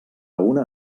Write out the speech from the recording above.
una